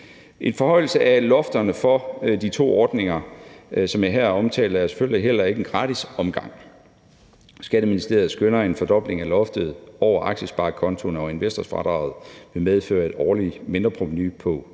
En forhøjelse af lofterne for de to ordninger, som jeg her omtaler, er selvfølgelig heller ikke en gratis omgang. Skatteministeriet skønner, at en fordobling af loftet over aktiesparekontoen og investorfradraget vil medføre et årligt mindreprovenu på